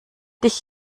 dich